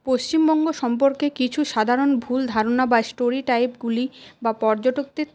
পশ্চিমবঙ্গ সম্পর্কে কিছু সাধারণ ভুল ধারণা বা স্টোরি টাইপগুলি বা পর্যটকদের